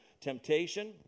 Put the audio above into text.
Temptation